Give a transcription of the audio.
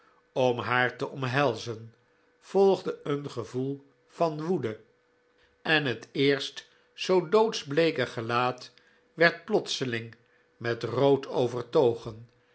om haar te omhelzen volgde een gevoel van woede en het eerst zoo doodsbleeke gelaat werd plotseling met rood